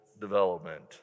development